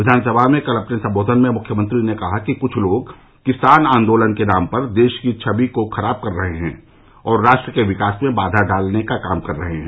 विधानसभा में कल अपने सम्बोधन में मुख्यमंत्री ने कहा कि कुछ लोग किसान आन्दोलन के नाम पर देश की छवि को खराब कर रहे हैं और राष्ट्र के विकास में बाधा डालने का काम कर रहे हैं